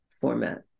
format